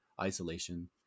isolation